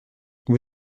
vous